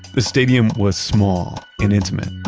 the stadium was small and intimate.